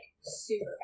super